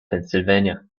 pennsylvania